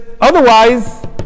otherwise